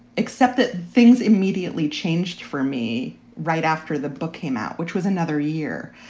except that things immediately changed for me right after the book came out, which was another year.